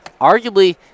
Arguably